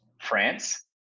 France